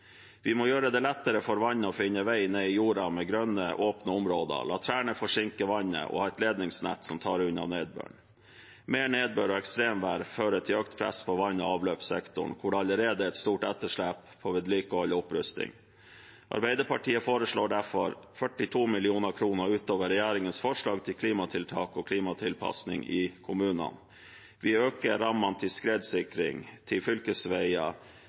Vi må gjøre det lettere for vannet å finne vei ned i jorda med grønne, åpne områder, la trærne forsinke vannet og ha et ledningsnett som tar unna nedbøren. Mer nedbør og ekstremvær fører til økt press på vann- og avløpssektoren, hvor det allerede er et stort etterslep på vedlikehold og opprustning. Arbeiderpartiet foreslår derfor 42 mill. kr utover regjeringens forslag til klimatiltak og klimatilpasning i kommunene. Vi øker rammene til skredsikring av fylkesveier,